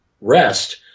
rest